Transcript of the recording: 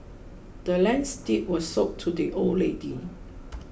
the land's deed was sold to the old lady